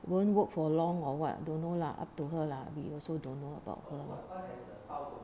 won't work for long or what don't know lah up to her lah we also don't know about her